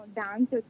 dance